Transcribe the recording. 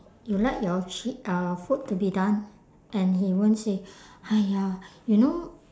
you like your chi~ uh food to be done and he won't say !haiya! you know